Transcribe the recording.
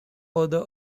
author